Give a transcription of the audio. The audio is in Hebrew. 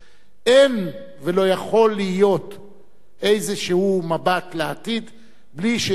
אין ולא יכול להיות איזשהו מבט לעתיד בלי שנכיר,